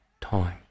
time